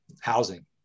housing